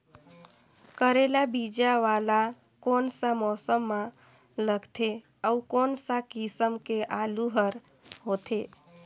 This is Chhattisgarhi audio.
करेला बीजा वाला कोन सा मौसम म लगथे अउ कोन सा किसम के आलू हर होथे?